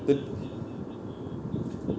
but